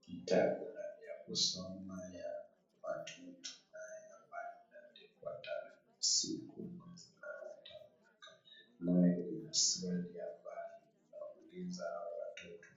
Kitabu ya kusoma ya watoto ambayo imeandikwa tarehe, siku, mwezi na hata mwaka, naye inaswali ambayo inauliza hawa watoto